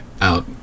out